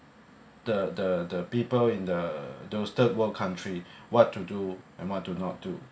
the the the people in the those third world country what to do and what to not do